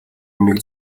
юмыг